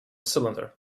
cylinder